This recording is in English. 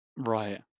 Right